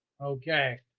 okay